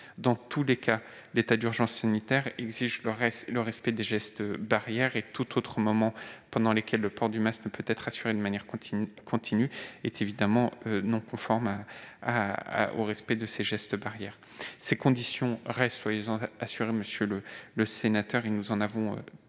Dans tous les cas, l'état d'urgence sanitaire exige le respect des gestes barrières ; tout moment pendant lequel le port du masque ne peut être assuré de manière continue est évidemment non conforme au respect de ces gestes. Ces conditions restent très douloureuses, nous en sommes